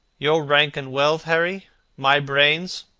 your rank and wealth, harry my brains,